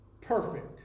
perfect